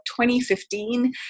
2015